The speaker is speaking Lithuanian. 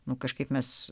nu kažkaip mes